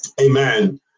amen